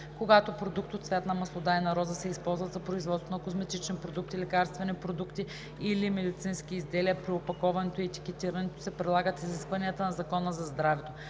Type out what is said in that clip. Когато продукти от цвят на маслодайна роза се използват за производство на козметични продукти, лекарствени продукти или медицински изделия, при опаковането и етикетирането се прилагат изискванията на Закона за здравето,